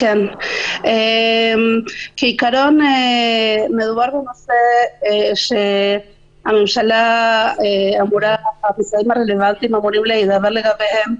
כעיקרון, מדובר בנושא שהממשלה אמורה -- -לגביהם.